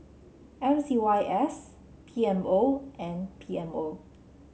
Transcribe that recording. M C Y S P M O and P M O